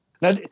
Now